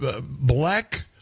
black